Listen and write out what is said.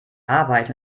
arbeit